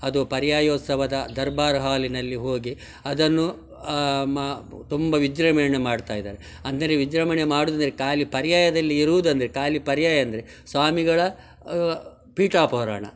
ಅದು ಪರ್ಯಾಯೋತ್ಸವದ ದರ್ಬಾರ್ ಹಾಲಿನಲ್ಲಿ ಹೋಗಿ ಅದನ್ನು ಮ ತುಂಬ ವಿಜೃಂಭಣೆ ಮಾಡ್ತಾಯಿದ್ದಾರೆ ಅಂದರೆ ವಿಜೃಂಭಣೆ ಮಾಡುವುದೆಂದರೆ ಖಾಲಿ ಪರ್ಯಾಯದಲ್ಲಿ ಇರುವುದೆಂದ್ರೆ ಖಾಲಿ ಪರ್ಯಾಯ ಅಂದರೆ ಸ್ವಾಮಿಗಳ ಪೀಠಾವರೋಹರಣ